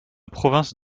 province